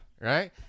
right